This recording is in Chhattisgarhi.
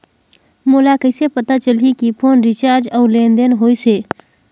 मोला कइसे पता चलही की फोन रिचार्ज और लेनदेन होइस हे?